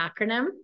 acronym